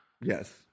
Yes